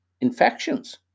infections